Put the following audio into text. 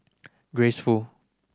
Grace Fu